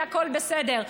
והכול בסדר.